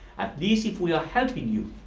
at least if we are helping you